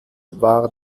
war